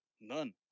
None